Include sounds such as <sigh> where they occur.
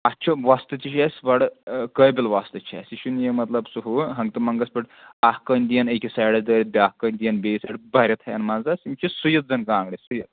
اَسہِ چھُ وۄستہٕ تہِ چھِ اَسہِ بَڈٕ قٲبِل وۄستہٕ چھِ اَسہِ یہِ چھُنہٕ یہِ مطلب سُہ ہُہ ہنٛگتہٕ منٛگَس پیٚٹھ اَکھ کٲنۍ دِیہِ أکِس سایڈَس دٲرِتھ بیٛاکھ کٲنۍ دِیہِ بیٚیِس <unintelligible> دٲرِتھ ہیٚن منٛزَس یِم چھِ سُوِتھ زَن کانٛگٕرِ سُوِتھ